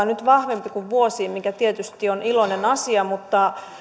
nyt vahvempi kuin vuosiin mikä tietysti on iloinen asia mutta